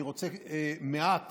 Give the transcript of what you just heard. אני רוצה מעט